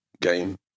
game